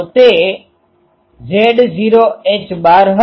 તો તે Z0 H